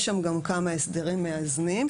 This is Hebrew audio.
יש שם גם כמה הסדרים מאזנים,